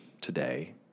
today